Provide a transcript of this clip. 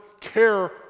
care